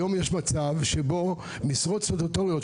היום יש מצב שבו משרות סטטוטוריות,